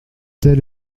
tel